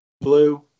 Blue